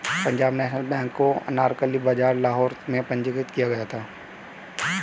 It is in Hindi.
पंजाब नेशनल बैंक को अनारकली बाजार लाहौर में पंजीकृत किया गया था